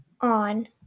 on